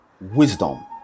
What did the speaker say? Wisdom